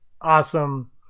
awesome